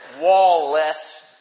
wall-less